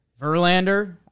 Verlander